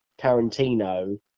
Tarantino